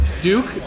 Duke